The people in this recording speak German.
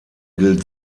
gilt